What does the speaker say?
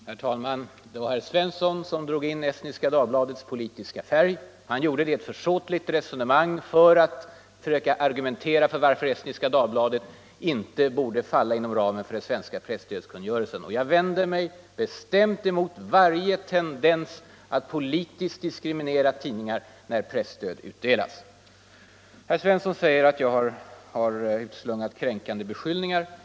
Herr talman! Det var herr Svensson i Eskilstuna som drog in Estniska Dagbladets politiska färg i debatten. Han gjorde det i ett försåtligt resonemang om att Estniska Dagbladet inte borde falla inom ramen för den svenska presstödskungörelsen. Jag vänder mig bestämt mot varje tendens att politiskt diskriminera tidningar när presstöd utdelas. Herr Svensson säger att jag har utslungat kränkande beskyllningar.